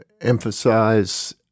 emphasize